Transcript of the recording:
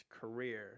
career